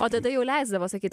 o tada jau leisdavo sakyt